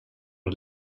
det